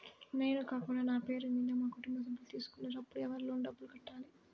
నేను కాకుండా నా పేరు మీద మా కుటుంబ సభ్యులు తీసుకున్నారు అప్పుడు ఎవరు లోన్ డబ్బులు కట్టాలి?